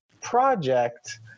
project